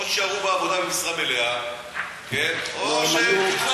או שתישארו בעבודה במשרה מלאה, או שתלכו.